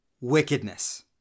wickedness